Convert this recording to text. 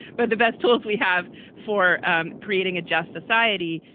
but the best tools we have for um creating a just society.